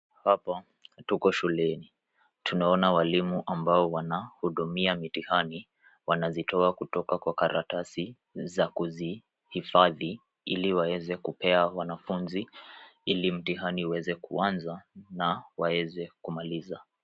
Hapa tuko shuleni. tunaona walimu ambao wanahudumia mitihani wanazitoa kutoka kwa karatasi za kuzihifadhi ili waeze kupea wanafunzi ili mitihani iweze kuanza na waeze kumaliza.